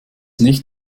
nicht